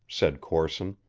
said corson,